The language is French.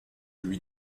lui